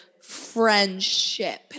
friendship